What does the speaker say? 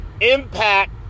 impact